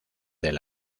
del